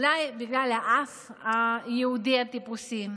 אולי בגלל האף היהודי הטיפוסי.